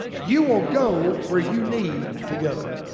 you will go where you need to go.